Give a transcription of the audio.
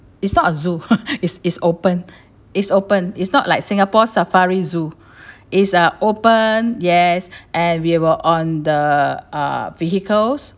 it's not a zoo it's it's open it's open it's not like singapore safari zoo is uh open yes and we were on the uh vehicles